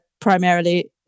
primarily